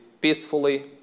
peacefully